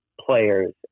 players